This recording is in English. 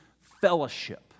fellowship